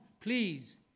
please